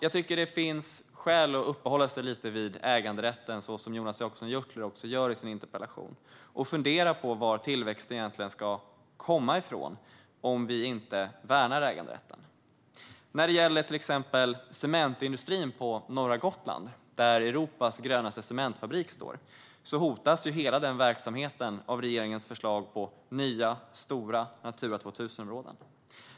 Jag tycker att det finns skäl att uppehålla sig lite vid äganderätten, så som Jonas Jacobsson Gjörtler också gör i sin interpellation, och fundera på varifrån tillväxten egentligen ska komma om vi inte värnar äganderätten. När det gäller till exempel cementindustrin på norra Gotland, där Europas grönaste cementfabrik står, hotas hela verksamheten av regeringens förslag på nya, stora Natura 2000-områden.